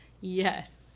Yes